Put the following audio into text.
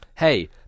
hey